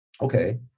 Okay